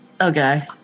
Okay